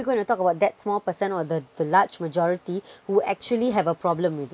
we're going to talk about that small percent or the the large majority who actually have a problem with it